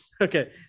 Okay